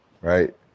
right